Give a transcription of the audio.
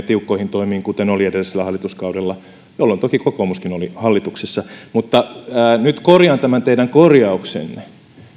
tiukkoihin toimiin kuten oli edellisellä hallituskaudella jolloin toki kokoomuskin oli hallituksessa mutta nyt korjaan tämän teidän korjauksenne